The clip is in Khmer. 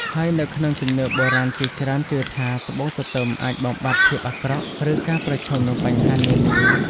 ហើយនៅក្នុងជំនឿបុរាណជាច្រើនជឿថា ត្បូងទទឹមអាចបំបាត់ភាពអាក្រក់ ឬការប្រឈមនឹងបញ្ហានានា។